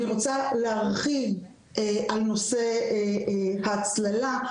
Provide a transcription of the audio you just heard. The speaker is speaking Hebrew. אני רוצה להרחיב על נושא ההצללה,